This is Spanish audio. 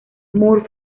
moore